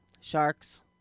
sharks